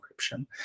encryption